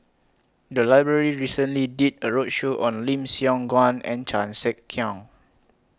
The Library recently did A roadshow on Lim Siong Guan and Chan Sek Keong